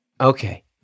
Okay